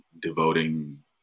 devoting